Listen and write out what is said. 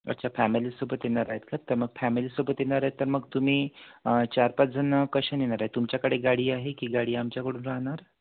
अच्छा फॅमिलीसोबत येणार आहेत का तर मग फॅमिलीसोबत येणार आहे तर मग तुम्ही चार पाचजण कशानंं येणार आहे तुमच्याकडे गाडी आहे की गाडी आमच्याकडून राहणार